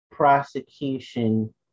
prosecution